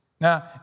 Now